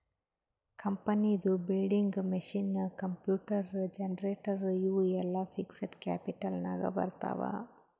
ಕಂಪನಿದು building, machine, computer, generator ಇವು ಎಲ್ಲಾ ಫಿಕ್ಸಡ್ ಕ್ಯಾಪಿಟಲ್ ನಾಗ್ ಬರ್ತಾವ್